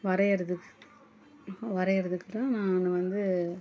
வரையுறது வரையுறதுக்கு தான் நானு வந்து